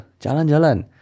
Jalan-jalan